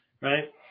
Right